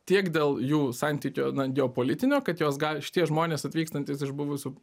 tiek dėl jų santykio na geopolitinio kad jos gali šitie žmonės atvykstantys iš buvusių